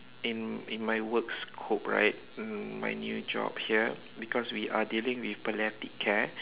in in my work scope right um my new job here because we are dealing with care